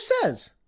says